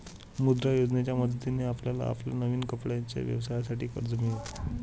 मुद्रा योजनेच्या मदतीने आपल्याला आपल्या नवीन कपड्यांच्या व्यवसायासाठी कर्ज मिळेल